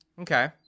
Okay